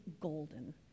golden